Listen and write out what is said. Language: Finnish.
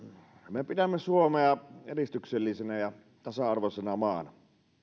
me pidämme suomea edistyksellisenä ja tasa arvoisena maana